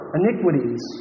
iniquities